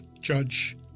judge